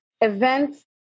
events